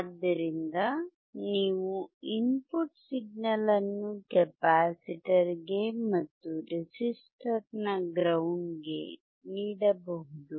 ಆದ್ದರಿಂದ ನೀವು input signal ಅನ್ನು ಕೆಪಾಸಿಟರ್ ಗೆ ಮತ್ತು ರೆಸಿಸ್ಟರ್ನ ಗ್ರೌಂಡ್ ಗೆ ನೀಡಬಹುದು